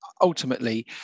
ultimately